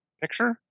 picture